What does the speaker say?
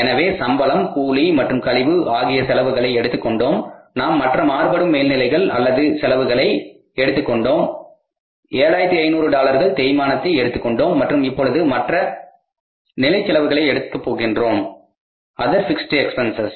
எனவே சம்பளம் கூலி மற்றும் கழிவு ஆகிய செலவுகளை எடுத்துக்கொண்டோம் நாம் மற்ற மாறுபடும் மேல்நிலைகள் அல்லது செலவுகளை எடுத்துக் கொண்டோம் 7500 டாலர்கள் தேய்மானத்தை எடுத்துக்கொண்டோம் மற்றும் இப்பொழுது மற்ற நிலை செலவுகளை எடுக்க போகின்றோம் to அதர் பிக்ஸ்ட் எக்பென்சஸ்